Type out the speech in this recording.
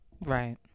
Right